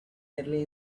early